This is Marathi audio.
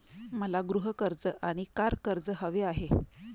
मला गृह कर्ज आणि कार कर्ज हवे आहे